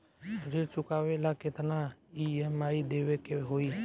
ऋण चुकावेला केतना ई.एम.आई देवेके होई?